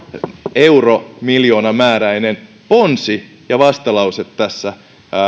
euromiljoonamääräinen ponsi ja vastalause tässä